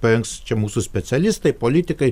parengs čia mūsų specialistai politikai